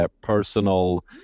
personal